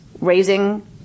raising